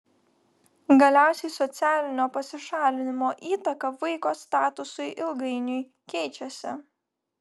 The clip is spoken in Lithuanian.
galiausiai socialinio pasišalinimo įtaka vaiko statusui ilgainiui keičiasi